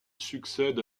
succède